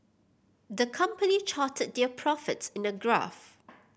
the company charted their profits in a graph